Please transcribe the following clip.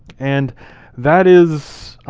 and that is, ah,